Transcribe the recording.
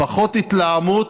פחות התלהמות,